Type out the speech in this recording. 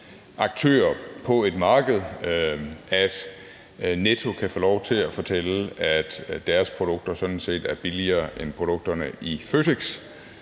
aktører på et marked, at Netto kan få lov til at fortælle, at deres produkter sådan set er billigere end produkterne i Føtex.